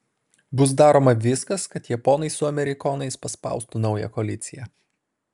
bus daroma viskas kad japonai su amerikonais paspaustų naują koaliciją